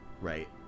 Right